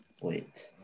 Wait